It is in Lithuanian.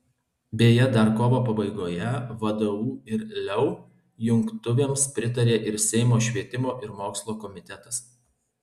beje dar kovo pabaigoje vdu ir leu jungtuvėms pritarė ir seimo švietimo ir mokslo komitetas